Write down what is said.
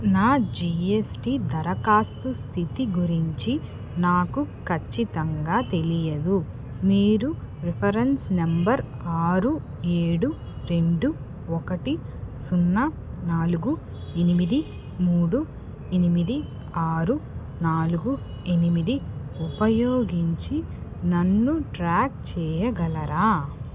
నా జిఎస్టి దరఖాస్తు స్థితి గురించి నాకు ఖచ్చితంగా తెలియదు మీరు రిఫరెన్స్ నంబర్ ఆరు ఏడు రెండు ఒకటి సున్నా నాలుగు ఎనిమిది మూడు ఎనిమిది ఆరు నాలుగు ఎనిమిది ఉపయోగించి నన్ను ట్రాక్ చెయ్యగలరా